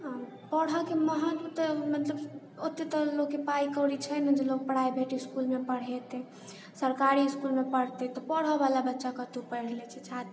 पढ़ऽके महत्व तऽ मतलब ओते तऽ लोकके पाइ कौड़ी तऽ छै नहि जे लोक प्राइवेट स्कूलमे पढ़ेतै सरकारी स्कूलमे पढ़तै तऽ पढ़ऽवला बच्चा कतहु पढ़ि लै छै छात्र